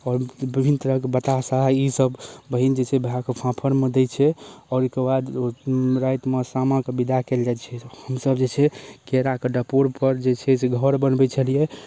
आओर बिभिन्न तरहके बताशा ई सब बहिन जे छै भैआके फाफड़मे दै छै आओर ओकर बाद रातिमे सामाके बिदा कयल जाइत छै हमसब जे छै केरा कऽ डपोर पर जे छै से घर बनबैत छलियै